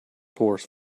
horse